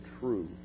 true